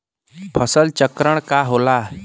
फसल चक्रण का होला?